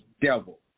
devil